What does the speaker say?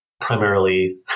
primarily